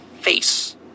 face